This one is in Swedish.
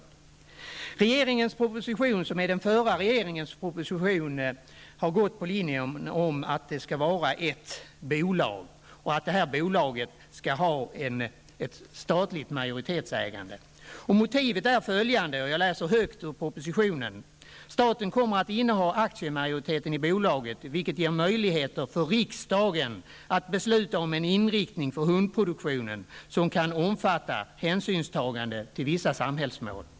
I regeringens proposition, som i själva verket är den förra regeringens proposition, har man gått på linjen att det skall vara ett bolag, och att detta bolag skall ha statligt majoritetsägande. Motivet är följande -- jag läser högt ur propositionen: ''Staten kommer att inneha aktiemajoriteten i bolaget vilket ger möjligheter för riksdagen att besluta om en inriktning på hundproduktionen som kan innefatta hänsynstagande till vissa samhällsmål.''